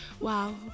Wow